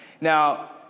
Now